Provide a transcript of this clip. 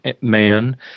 man